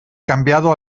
cambiado